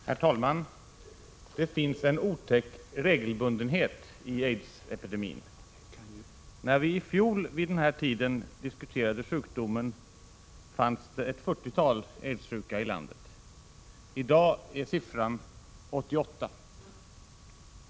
Herr talman! Det finns en otäck regelbundenhet i aidsepidemin. När vi i fjol vid den här tiden diskuterade sjukdomen fanns det ett 40-tal aids-sjuka i landet. I dag är siffran 88.